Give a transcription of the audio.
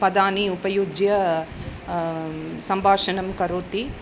पदानि उपयुज्य सम्भाषणं करोति